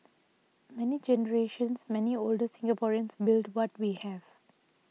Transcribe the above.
many generations many older Singaporeans built what we have